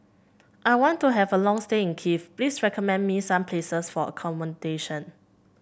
I want to have a long stay in Kiev please recommend me some places for accommodation